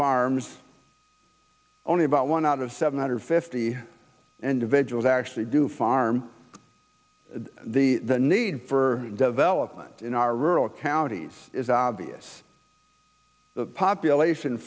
farms only about one out of seven hundred fifty individuals actually do farm the need for development in our rural counties is obvious population